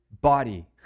body